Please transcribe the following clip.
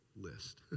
list